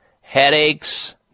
headaches